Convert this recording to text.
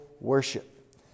worship